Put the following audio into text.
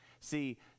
See